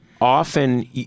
often